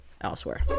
elsewhere